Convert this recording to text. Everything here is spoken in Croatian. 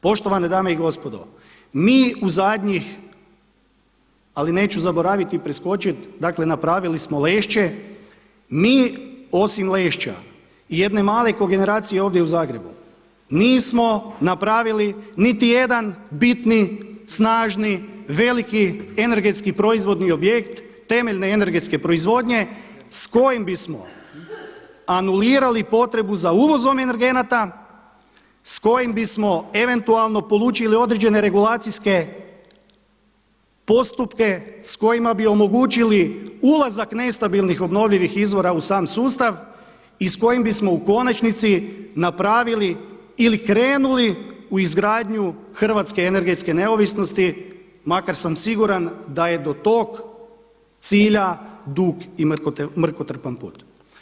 Poštovane dame i gospodo, mi u zadnjih, ali neću zaboraviti preskočiti, dakle napravili smo Lešće, mi osim Lešća i jedne male kogeneracije ovdje u Zagrebu nismo napravili niti jedan bitni, snažni, veliki, energetski proizvodnji objekt, temeljne energetske proizvodnje s kojim bismo anulirali potrebu za uvozom energenata, s kojim bismo eventualno polučili određene regulacijske postupke, s kojima bi omogućili ulazak nestabilnih obnovljivih izvora u sam sustav i s kojim bismo u konačnici napravili ili krenuli u izgradnju hrvatske energetske neovisnosti makar sam siguran da je do tog cilja dug i mukotrpan put.